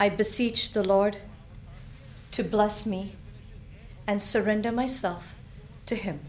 beseech the lord to bless me and surrender myself to him